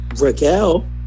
raquel